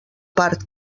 part